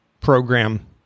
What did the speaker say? program